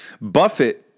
Buffett